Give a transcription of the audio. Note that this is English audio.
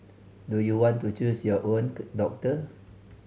do you want to choose your own doctor